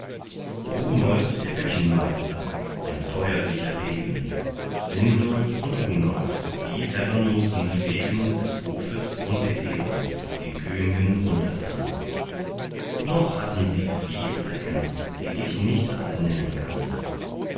rumold der küchenmeister ein teuerlicher degen sindold und hunold die herren mußten pflegen des hofes und der ehren den köngen untertan noch hatten sie viel recken die ich nicht alle nennen kann